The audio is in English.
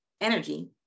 energy